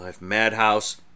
Madhouse